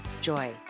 joy